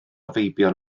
feibion